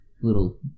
little